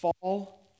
fall